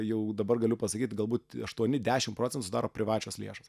jau dabar galiu pasakyt galbūt aštuoni dešim procentų daro privačios lėšos